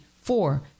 four